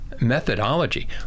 methodology